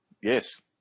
Yes